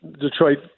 Detroit